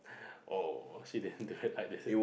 !oh! she didn't do it I did